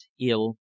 ill